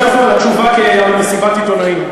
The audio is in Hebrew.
הכריזו על התשובה כמסיבת עיתונאים.